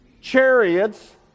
chariots